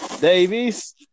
Davies